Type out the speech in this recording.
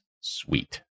sweet